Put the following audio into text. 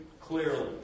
clearly